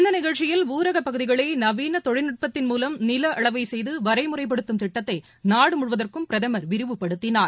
இந்தநிகழ்ச்சியில் ஊரகபகுதிகளைநவீனதொழில்நுட்பத்தின் மூலம் நிலஅளவைசெய்துவரைமுறைப்படுத்தும் திட்டத்தைநாடுமுழுவதற்கும் பிரதமர் விரிவுபடுத்தினார்